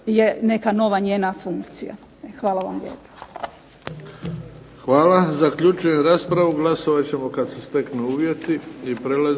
Hvala vam lijepa.